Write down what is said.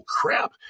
crap